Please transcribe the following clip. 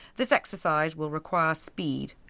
this exercise will require speed.